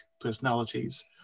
personalities